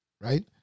Right